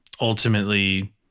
Ultimately